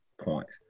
points